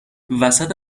وسط